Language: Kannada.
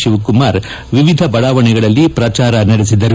ಶಿವಕುಮಾರ್ ವಿವಿಧ ಬಡಾವಣೆಗಳಲ್ಲಿ ಪ್ರಚಾರ ನಡೆಸಿದರು